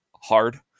hard